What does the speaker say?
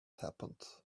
happened